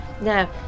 Now